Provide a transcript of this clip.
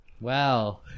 wow